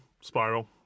spiral